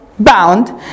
bound